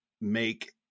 make